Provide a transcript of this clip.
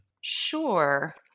Sure